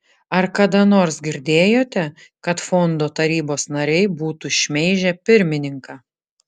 ar kada nors girdėjote kad fondo tarybos nariai būtų šmeižę pirmininką